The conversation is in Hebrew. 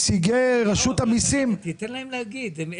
תן להם לומר.